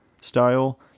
style